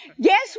Guess